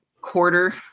quarter